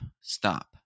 Stop